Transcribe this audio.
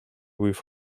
with